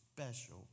special